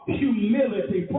humility